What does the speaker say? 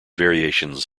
variations